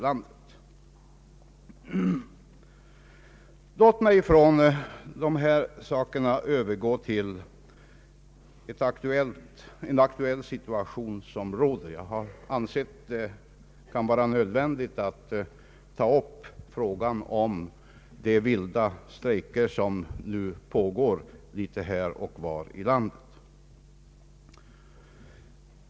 Låt mig från dessa saker övergå till en aktuell situation. Jag har ansett det vara nödvändigt att ta upp frågan om de vilda strejker som nu pågår litet här och var i landet.